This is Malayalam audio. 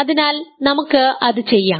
അതിനാൽ നമുക്ക് അത് ചെയ്യാം